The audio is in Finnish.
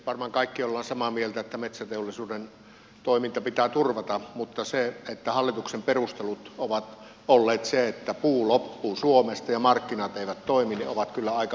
varmaan kaikki olemme samaa mieltä että metsäteollisuuden toiminta pitää turvata mutta hallituksen perustelut että puu loppuu suomesta ja markkinat eivät toimi ovat kyllä aika ontuvia